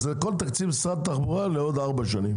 זה כל תקציב משרד התחבורה לעוד ארבע שנים.